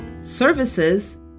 Services